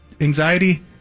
anxiety